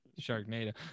sharknado